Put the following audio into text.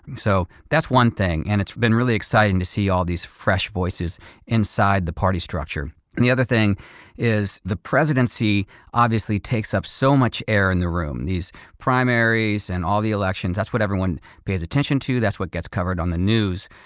and so that's one thing and it's been really exciting to see all these fresh voices inside the party structure. and the other thing is the presidency obviously takes up so much air in the room, these primaries and all the elections, that's what everyone pays attention to. that's what gets covered on the news.